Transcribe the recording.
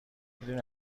میدونی